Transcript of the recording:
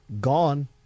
Gone